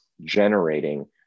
generating